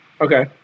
okay